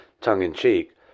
tongue-in-cheek